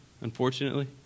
unfortunately